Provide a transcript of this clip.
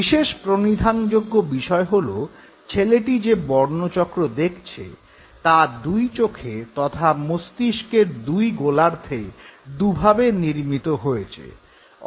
বিশেষ প্রণিধানযোগ্য বিষয় হল ছেলেটি যে বর্ণচক্র দেখছে তা দুই চোখে তথা মস্তিষ্কের দুই গোলার্ধে দু'ভাবে নির্মিত হয়েছে